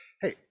hey